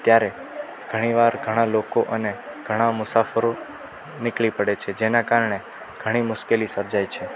ત્યારે ઘણીવાર ઘણા લોકો અને ઘણા મુસાફરો નીકળી પડે છે જેના કારણે ઘણી મુશ્કેલી સર્જાય છે